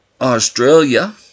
Australia